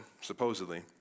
supposedly